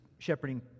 shepherding